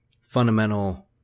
fundamental